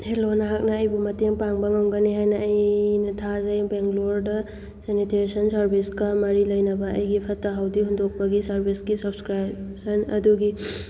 hello ꯅꯍꯥꯛꯅ ꯑꯩꯕꯨ ꯃꯇꯦꯡ ꯄꯥꯡꯕ ꯉꯝꯒꯅꯤ ꯍꯥꯏꯅ ꯑꯩꯅ ꯊꯥꯖꯩ ꯕꯦꯡꯒ꯭ꯂꯣꯔꯗ ꯁꯦꯅꯤꯇꯦꯔꯦꯁꯟ ꯁꯥꯔꯕꯤꯁꯀ ꯃꯔꯤ ꯂꯩꯅꯕ ꯑꯩꯒꯤ ꯐꯠꯇ ꯍꯥꯎꯊꯤ ꯍꯨꯟꯗꯣꯛꯄꯒꯤ ꯁꯥꯔꯕꯤꯁꯀꯤ ꯁꯕꯁꯀ꯭ꯔꯤꯞꯁꯟ ꯑꯗꯨꯒꯤ